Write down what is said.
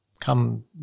come